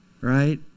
right